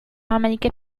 عملك